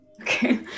Okay